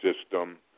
system